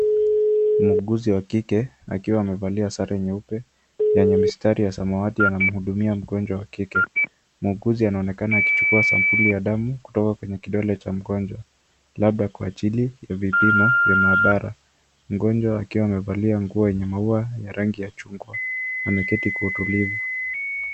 Muuguzi wa kike akiwa amevalia sare nyeupe yenye mistari ya samawati anamhudumia mgonjwa wa kike. Muuguzi anaonekana akichukua sampuli ya damu kutoka kwenye kidole cha mgonjwa, labda kwa ajili ya vipimo vya maabara. Mgonjwa akiwa amevalia nguo yenye maua ya rangi ya chungwa ameketi kwa utulivu.